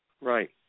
Right